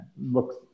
looks